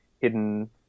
hidden